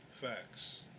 Facts